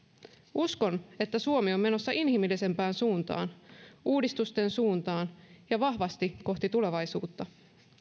uskon että suomi on menossa inhimillisempään suuntaan uudistusten suuntaan ja vahvasti kohti tulevaisuutta